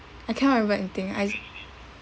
I can't remember anything I